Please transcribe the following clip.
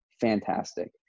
fantastic